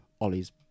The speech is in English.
Ollie's